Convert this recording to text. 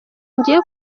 ngiye